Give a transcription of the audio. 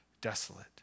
desolate